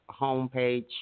homepage